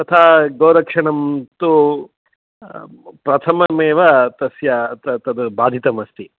तथा गोरक्षणं तु प्रथममेव तस्य तद् बाधितमस्ति